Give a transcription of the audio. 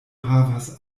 havas